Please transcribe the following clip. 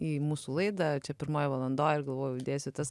į mūsų laidą čia pirmoj valandoj galvojau įdėsiu tas